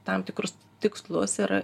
tam tikrus tikslus ir